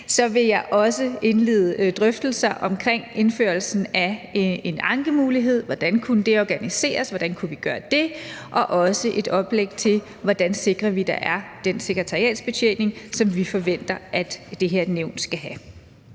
at sige, også vil indlede drøftelser om indførelsen af en ankemulighed. Hvordan kunne det organiseres? Hvordan kunne vi gøre det? Jeg vil også komme et oplæg til, hvordan vi sikrer, at der er den sekretariatsbetjening, som vi forventer at det her nævn skal have.